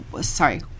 sorry